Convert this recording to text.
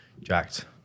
Jacked